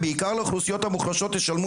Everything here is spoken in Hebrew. בעיקר לאוכלוסיות המוחלשות "תשלמו